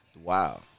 wow